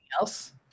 else